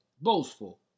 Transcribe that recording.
boastful